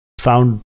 found